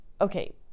Okay